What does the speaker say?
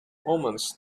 omens